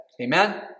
amen